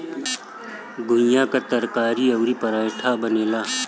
घुईया कअ तरकारी अउरी पराठा बनेला